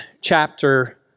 chapter